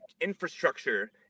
infrastructure